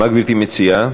מה גברתי מציעה?